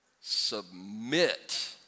Submit